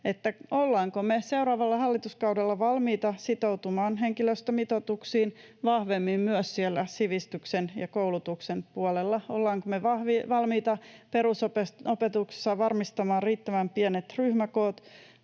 ollaanko me seuraavalla hallituskaudella valmiita sitoutumaan henkilöstömitoituksiin vahvemmin myös siellä sivistyksen ja koulutuksen puolella. Ollaanko me valmiita perusopetuksessa varmistamaan riittävän pienet ryhmäkoot,